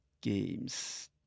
Games